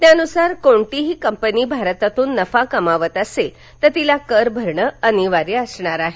त्यानुसार कोणतीही कंपनी भारतातून नफा कमावत असेल तर तिला कर भरणं अनिवार्य असणार आहे